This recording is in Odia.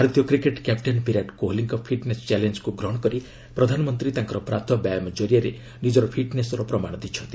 ଭାରତୀୟ କ୍ରିକେଟ କ୍ୟାପଟେନ ବିରାଟ କୋହଲିଙ୍କ ଫିଟ୍ନେସ୍ ଚ୍ୟାଲେଞ୍ଜକୁ ଗ୍ରହଣ କରି ପ୍ରଧାନମନ୍ତ୍ରୀ ତାଙ୍କର ପ୍ରାତଃ ବ୍ୟାୟାମ ଜରିଆରେ ନିଜର ଫିଟ୍ନେସ୍ର ପ୍ରମାଣ ଦେଇଛନ୍ତି